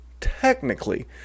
technically